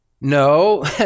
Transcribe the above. No